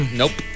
nope